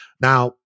Now